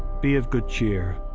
be of good cheer.